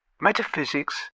Metaphysics